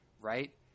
right